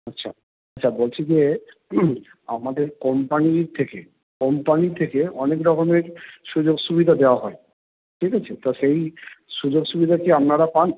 আচ্ছা আচ্ছা বলছি যে আমাদের কোম্পানি থেকে কোম্পানি থেকে অনেক রকমের সুযোগ সুবিধা দেওয়া হয় ঠিক আছে তা সেই সুযোগ সুবিধা কি আপনারা পান